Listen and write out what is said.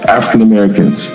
African-Americans